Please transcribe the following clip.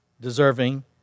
deserving